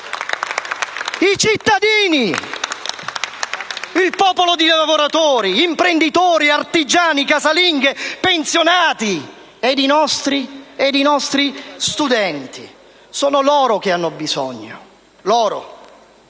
I cittadini! Il popolo di lavoratori, imprenditori, artigiani, casalinghe, pensionati. E i nostri studenti. Sono loro che hanno bisogno.